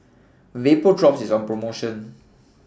Vapodrops IS on promotion